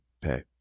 pay